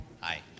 Hi